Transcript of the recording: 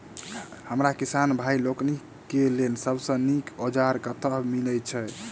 हमरा किसान भाई लोकनि केँ लेल सबसँ नीक औजार कतह मिलै छै?